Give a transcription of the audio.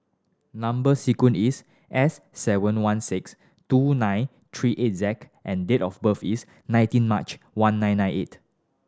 number sequence is S seven one six two nine three eight Z and date of birth is nineteen March one nine nine eight